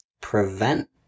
prevent